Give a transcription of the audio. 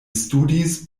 studis